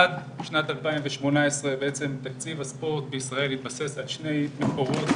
עד שנת 2018 בעצם תקציב הספורט בישראל התבסס על שני מרכיבים.